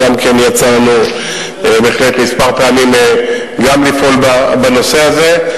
גם יצא לנו בהחלט כמה פעמים גם לפעול בנושא הזה,